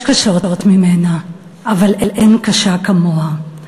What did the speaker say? יש קשות ממנה אבל אין קשה כמוה.